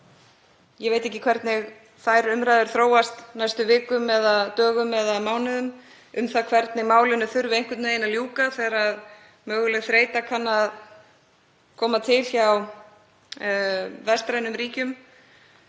Ég veit ekki hvernig þær umræður þróast á næstu vikum eða dögum eða mánuðum um það hvernig málinu þurfi einhvern veginn að ljúka þegar möguleg þreyta kann að koma upp hjá vestrænum ríkjum.